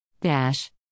Dash